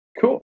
Cool